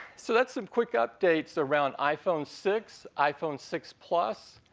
so, that's some quick updates around iphone six, iphone six plus,